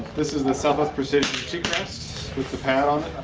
this is the southwest precision cheek rest with the pad on